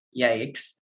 yikes